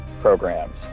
programs